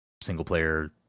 single-player